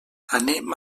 anem